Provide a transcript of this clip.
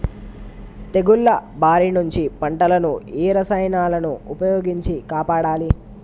తెగుళ్ల బారి నుంచి పంటలను ఏ రసాయనాలను ఉపయోగించి కాపాడాలి?